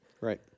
Right